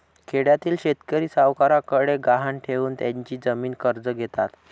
खेड्यातील शेतकरी सावकारांकडे गहाण ठेवून त्यांची जमीन कर्ज घेतात